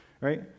Right